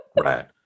Right